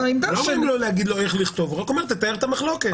לא אומרים לו איך לכתוב אלא רק לתאר את המחלוקת.